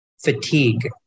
Fatigue